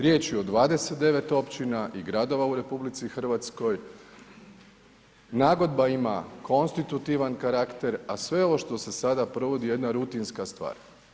Riječ je o 29 općina i gradova u RH, nagodba ima konstitutivan karakter, a sve ovo što se sada provodi je jedna rutinska stvar.